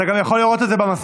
אתה גם יכול לראות את זה במסך,